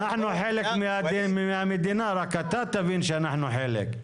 אנחנו חלק מהמדינה רק אתה תבין שאנחנו חלק.